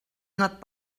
not